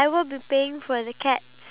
it's a hay